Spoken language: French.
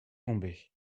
tombée